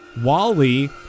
Wally